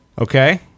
Okay